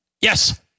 Yes